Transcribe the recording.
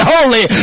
Holy